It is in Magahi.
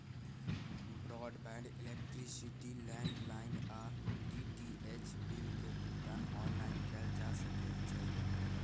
ब्रॉडबैंड, इलेक्ट्रिसिटी, लैंडलाइन आऽ डी.टी.एच बिल के भुगतान ऑनलाइन कएल जा सकइ छै